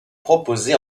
proposé